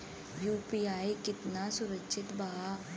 UPI कितना सुरक्षित बा?